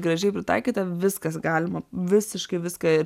gražiai pritaikyta viskas galima visiškai viską